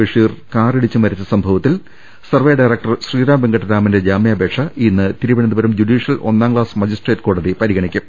ബഷീർ കാറി ടിച്ചു മരിച്ച സംഭവത്തിൽ സർവേ ഡയറക്ടർ ശ്രീരാം വെങ്കട്ടരാ മന്റെ ജാമ്യാപേക്ഷ ഇന്ന് തിരുവനന്തപുരം ജൂഡീഷ്യൽ ഒന്നാം ക്ലാസ് മജിസ്ട്രേറ്റ് കോടതി പരിഗണിക്കും